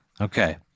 okay